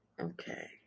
Okay